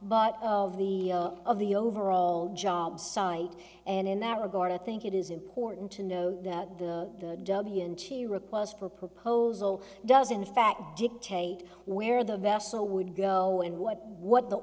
but of the of the overall job site and in that regard i think it is important to know that the he and she request for proposal does in fact dictate where the vessel would go and what what the